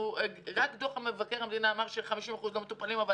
רק דוח מבקר המדינה אמר ש-50% לא מטופלים אבל